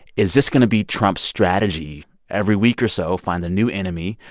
is this going to be trump's strategy every week or so find the new enemy,